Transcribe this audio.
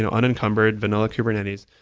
and unencumbered, vanilla kubernetes.